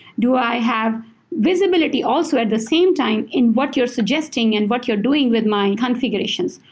do i have visibility also at the same time in what you're suggesting and what you're doing with my configurations?